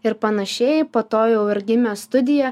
ir panašiai po to jau ir gimė studija